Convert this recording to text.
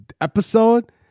episode